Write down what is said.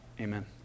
Amen